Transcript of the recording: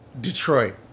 Detroit